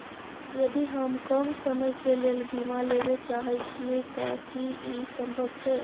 यदि हम कम समय के लेल बीमा लेबे चाहे छिये त की इ संभव छै?